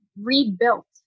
rebuilt